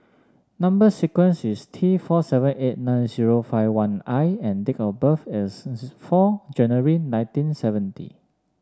number sequence is T four seven eight nine zero five one I and date of birth is four January nineteen seventy